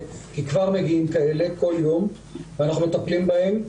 וכבר מגיעים כאלה כל יום ואנחנו מטפלים בהם.